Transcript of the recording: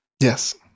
Yes